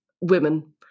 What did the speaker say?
women